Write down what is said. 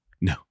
No